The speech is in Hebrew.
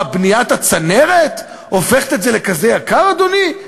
מה, בניית הצנרת הופכת את זה לכזה יקר, אדוני?